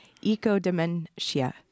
Eco-Dementia